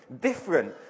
different